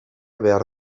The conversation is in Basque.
behar